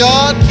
God